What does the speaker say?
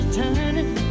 turning